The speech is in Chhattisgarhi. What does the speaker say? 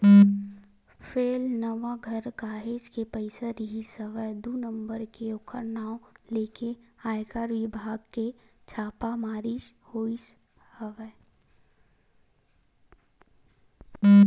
फेलनवा घर काहेच के पइसा रिहिस हवय दू नंबर के ओखर नांव लेके आयकर बिभाग के छापामारी होइस हवय